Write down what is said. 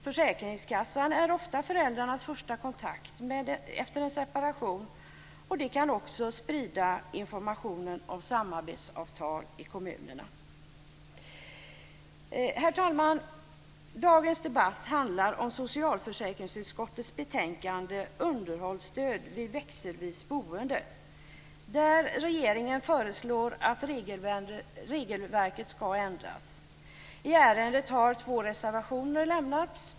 Försäkringskassan är ofta föräldrarnas första kontakt efter en separation, och den kan också sprida information om samarbetsavtal i kommunerna. Herr talman! Dagens debatt handlar om socialförsäkringsutskottets betänkande Underhållsstöd vid växelvis boende. Regeringen föreslår att regelverket ska ändras. I ärendet har två reservationer lämnats.